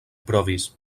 provis